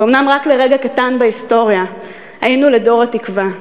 ואומנם, רק לרגע קטן בהיסטוריה היינו לדור התקווה,